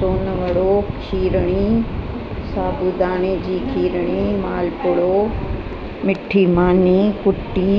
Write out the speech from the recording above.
सोनवड़ो खीरणी साबूदाणे जी खीरणी मालपुड़ो मिठी मानी कुट्टी